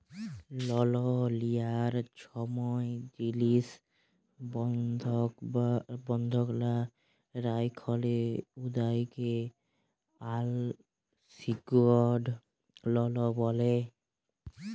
লল লিয়ার ছময় জিলিস বল্ধক লা রাইখলে উয়াকে আলসিকিউর্ড লল ব্যলে